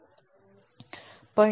योग्य